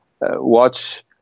watch